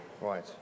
Right